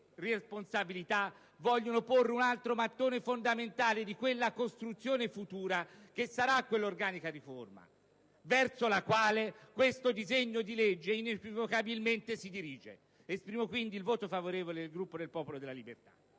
responsabilità, vogliono porre un altro mattone fondamentale della costruzione futura che sarà quell'organica riforma verso la quale questo disegno di legge inequivocabilmente si dirige. Esprimo quindi il voto favorevole del Gruppo del Popolo della Libertà.